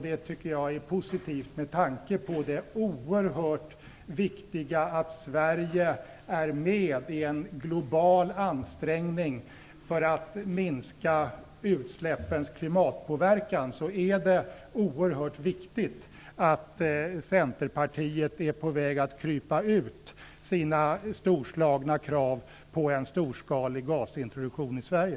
Det är positivt med tanke på det oerhört viktiga, att Sverige är med i en global ansträngning för att minska utsläppens klimatpåverkan. Därför är det oerhört viktigt att Centerpartiet är på väg att krypa ur sina storslagna krav på en storskalig gasintroduktion i Sverige.